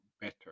better